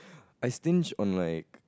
I stinge on like